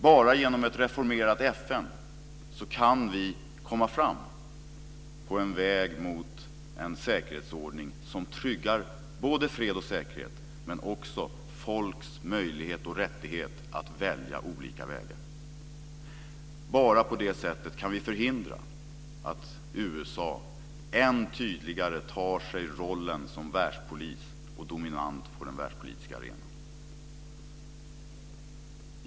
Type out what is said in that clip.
Bara genom ett reformerat FN kan vi komma fram på en väg mot en säkerhetsordning som tryggar både fred och säkerhet och även folks möjlighet och rättighet att välja olika vägar. Bara på det sättet kan vi förhindra att USA än tydligare tar sig rollen som världspolis och dominant på den världspolitiska arenan.